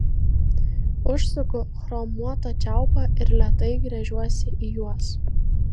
užsuku chromuotą čiaupą ir lėtai gręžiuosi į juos